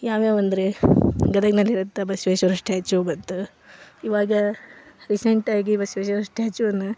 ಯಾವ್ಯಾವು ಅಂದರೆ ಗದಗಿನಲ್ಲಿ ಇರುವಂಥ ಬಸವೇಶ್ವರ ಸ್ಟ್ಯಾಚು ಬಂತು ಇವಾಗ ರೀಸೆಂಟಾಗಿ ಬಸವೇಶ್ವರ ಸ್ಟ್ಯಾಚುವನ್ನು